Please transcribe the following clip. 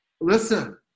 listen